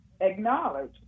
acknowledge